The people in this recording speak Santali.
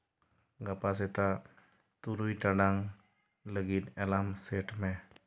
ᱜᱟᱯᱟ ᱥᱮᱛᱟᱜ ᱛᱩᱨᱩᱭ ᱴᱟᱲᱟᱝ ᱞᱟᱹᱜᱤᱫ ᱮᱞᱟᱨᱢ ᱥᱮᱴ ᱢᱮ